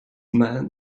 man